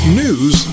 news